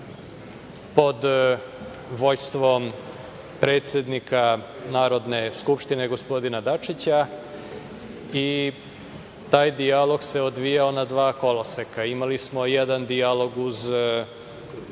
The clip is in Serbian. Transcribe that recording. pod vođstvom predsednika Narodne skupštine gospodina Dačića. Taj dijalog se odvijao na dva koloseka. Imali smo jedan dijalog uz